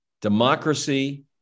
Democracy